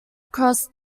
crossed